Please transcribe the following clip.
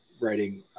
writing